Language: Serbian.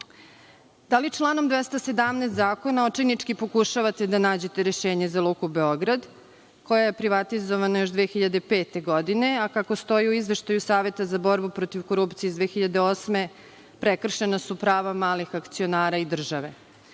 li članom 217. Zakona očajnički pokušavate da nađete rešenje za Luku Beograd, koja je privatizovana još 2005. godine, a kako stoji u Izveštaju Saveta za borbu protiv korupcije iz 2008. godine prekršena su prava malih akcionara i države? Savet